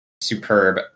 superb